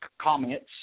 Comments